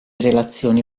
relazioni